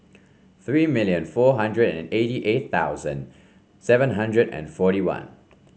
three million four hundred and eighty eight thousand seven hundred and forty one